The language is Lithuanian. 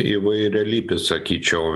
įvairialypis sakyčiau